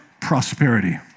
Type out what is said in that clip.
prosperity